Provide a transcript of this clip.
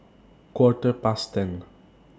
Quarter Past ten